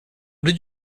did